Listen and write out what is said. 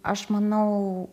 aš manau